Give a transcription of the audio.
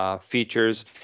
features